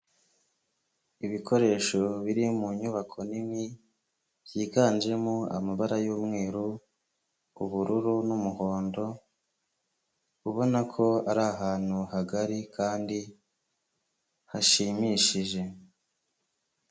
Ibikoresho biri mu nyubako nini, byiganjemo amabara y'umweru, ubururu n'umuhondo, ubona ko ari ahantu hagari, kandi hashimishije.